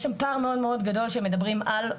יש שם פער מאוד מאוד גדול שמדברים על,